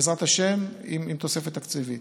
בעזרת השם, עם תוספת תקציבית,